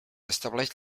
estableix